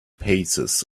paces